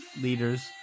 leaders